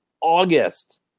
August